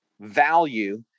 value